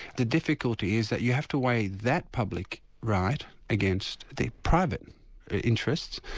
the difficulty is that you have to weigh that public right against the private interests,